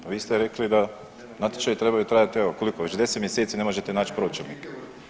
Pa vi ste rekli da natječaji trebaju trajat evo koliko već 10 mjeseci ne možete naći pročelnike.